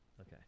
Okay